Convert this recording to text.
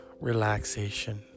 Relaxation